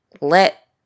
let